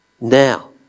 now